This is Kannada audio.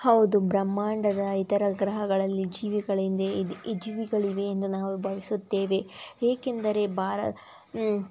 ಹೌದು ಬ್ರಹ್ಮಾಂಡದ ಇತರ ಗ್ರಹಗಳಲ್ಲಿ ಜೀವಿಗಳಿಂದೆ ಜೀವಿಗಳಿವೆ ಎಂದು ನಾವು ಭಾವಿಸುತ್ತೇವೆ ಏಕೆಂದರೆ ಬಾರ